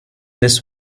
this